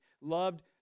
Loved